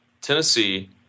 Tennessee